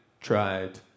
tried